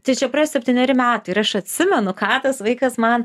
tai čia praėjo septyneri metai ir aš atsimenu ką tas vaikas man